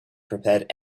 prepared